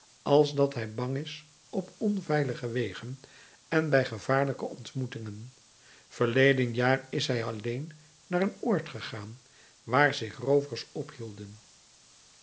als dat hij bang is op onveilige wegen en bij gevaarlijke ontmoetingen verleden jaar is hij alleen naar een oord gegaan waar zich roovers ophielden